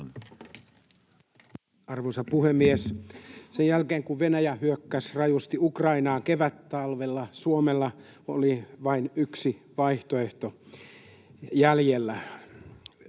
Arvoisa puhemies! Sen jälkeen kun Venäjä hyökkäsi rajusti Ukrainaan kevättalvella, Suomella oli vain yksi vaihtoehto jäljellä